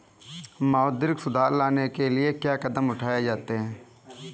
मौद्रिक सुधार लाने के लिए क्या कदम उठाए जाते हैं